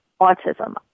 autism